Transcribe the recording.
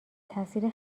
تاثیر